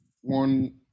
one